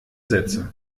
sätze